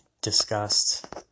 discussed